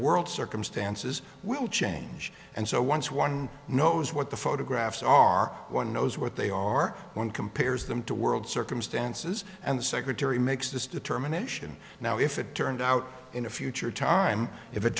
world circumstances will change and so once one knows what the photographs are one knows what they are one compares them to world circumstances and the secretary makes this determination now if it turned out in a future time if it